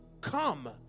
come